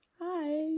hi